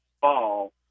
fall